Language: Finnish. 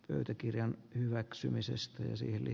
pöytäkirjan hyväksymisestä siihen